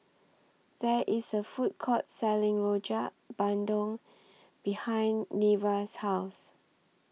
There IS A Food Court Selling Rojak Bandung behind Nevaeh's House